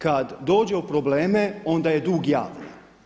Kada dođe u probleme onda je dug javni.